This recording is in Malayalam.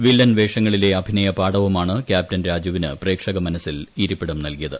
വില്ലൻ വേഷങ്ങളിലെ അഭിനയപാടവമാണ് ക്യാപ്ടൻ രാജുവിന് പ്രേക്ഷകമനസ്സിൽ ഇരിപ്പിടം നൽകിയത്